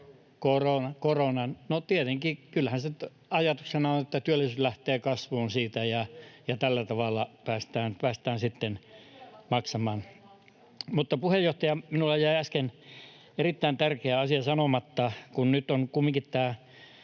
No kyllähän tietenkin ajatuksena on, että työllisyys lähtee kasvuun siitä ja tällä tavalla päästään sitten maksamaan. [Sofia Vikmanin välihuuto] Puheenjohtaja! Minulla jäi äsken erittäin tärkeä asia sanomatta: Kun nyt on kumminkin tämä